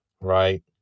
right